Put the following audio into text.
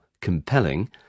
compelling